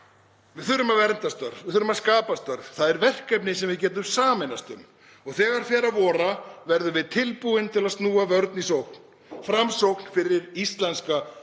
Við þurfum að vernda störf, við þurfum að skapa störf. Það er verkefni sem við getum sameinast um. Þegar fer að vora verðum við tilbúin til að snúa vörn í sókn. Framsókn fyrir íslenskt samfélag.